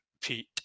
pete